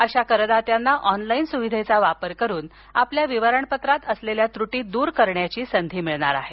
अशा करदात्यांना ऑनलाईन सुविधेचा वापर करून आपल्या विवरण पत्रात असलेल्या त्रुटी दूर करण्याची संधी मिळणार आहे